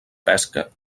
pesca